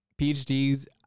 PhDs